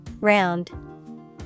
Round